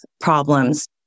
problems